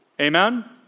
Amen